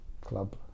club